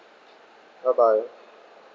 bye bye